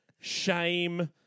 shame